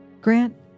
Grant